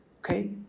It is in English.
okay